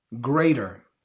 greater